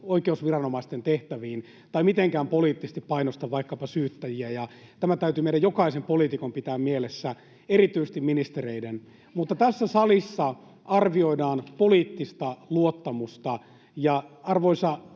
oikeusviranomaisten tehtäviin tai mitenkään poliittisesti painosta vaikkapa syyttäjiä, ja tämä täytyy meidän jokaisen poliitikon pitää mielessä, erityisesti ministereiden. [Jenna Simula: Vihjailetteko jotain?] Mutta tässä salissa arvioidaan poliittista luottamusta, ja arvoisa